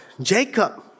Jacob